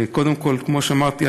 כמו שאמרתי,